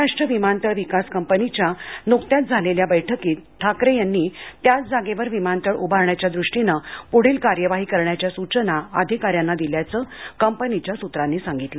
महाराष्ट्र विमानतळ विकास कंपनीच्या नुकत्याच झालेल्या बैठकीत ठाकरे यांनी त्याच जागेवर विमानतळ उभारण्याच्या दृष्टीनं पुढील कार्यवाही करण्याच्या सूचना अधिकाऱ्यांना दिल्याचं कंपनीच्या सूत्रांनी सांगितलं